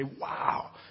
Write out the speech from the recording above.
wow